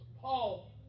Paul